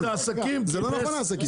זה לא נכון העסקים.